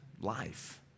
life